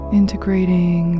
integrating